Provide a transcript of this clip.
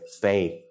faith